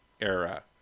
era